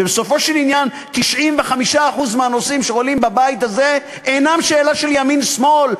ובסופו של עניין 95% מהנושאים שעולים בבית הזה אינם שאלה של ימין שמאל,